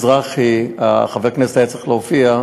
והבנתי שחבר הכנסת משה מזרחי היה צריך להופיע,